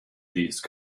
disc